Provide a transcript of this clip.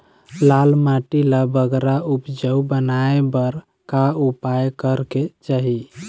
लाल माटी ला बगरा उपजाऊ बनाए बर का उपाय करेक चाही?